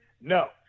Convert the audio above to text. No